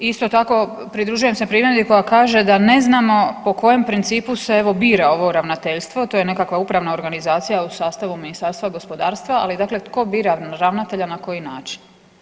Isto tako pridružujem se primjedbi koja kaže da ne znamo po kojem principu se evo bira ovo ravnateljstvo, to je nekakva upravna organizacija u sastavu Ministarstva gospodarstva, ali dakle tko bira ravnatelja i na koji način.